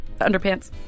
underpants